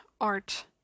art